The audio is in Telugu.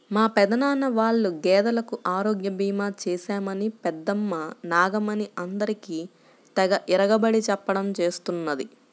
మా పెదనాన్న వాళ్ళ గేదెలకు ఆరోగ్య భీమా చేశామని పెద్దమ్మ నాగమణి అందరికీ తెగ ఇరగబడి చెప్పడం చేస్తున్నది